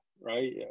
right